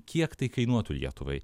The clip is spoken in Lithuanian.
kiek tai kainuotų lietuvai